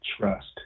trust